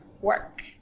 work